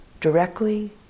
Directly